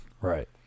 Right